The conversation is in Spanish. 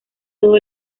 todo